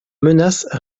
menace